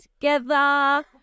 together